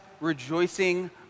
rejoicing